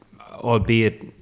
albeit